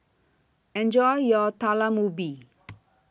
Enjoy your Talam Ubi